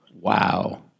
Wow